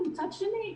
ומצד שני,